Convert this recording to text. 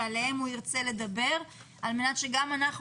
שעליהן הוא ירצה לדבר על מנת שגם אנחנו